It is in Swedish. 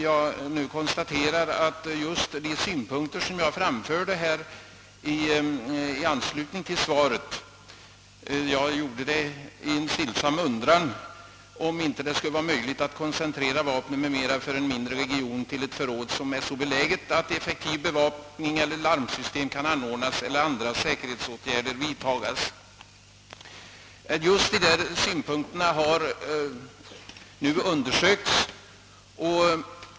Jag uttryckte i anslutning därtill en stillsam undran huruvida det inte skulle vara möjligt att »koncentrera vapen m.m. för en mindre region till ett förråd, som är så beläget att effektiv bevakning eller larmsystem kan anordnas eller andra säkerhetsåtgärder vidtagas». Just dessa synpunkter har nu beaktats.